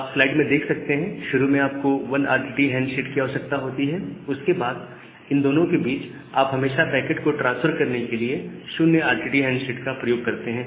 आप स्लाइड में देख सकते हैं शुरू में आप को 1 RTT हैंड शेक की आवश्यकता होती है उसके बाद इन दोनों के बीच में आप हमेशा पैकेट को ट्रांसफर करने के लिए 0 RTT हैंड शेक का प्रयोग करते हैं